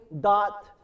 dot